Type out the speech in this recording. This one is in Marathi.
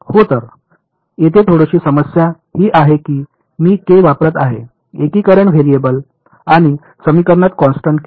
हो तर येथे थोडीशी समस्या ही आहे की मी के वापरत आहे एकीकरण व्हेरिएबल आणि समीकरणात कॉन्स्टन्ट के